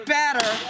better